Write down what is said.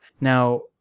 Now